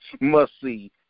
must-see